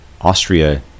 Austria